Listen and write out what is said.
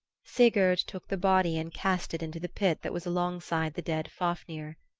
sigurd took the body and cast it into the pit that was alongside the dead fafnir.